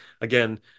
again